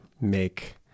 make